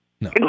No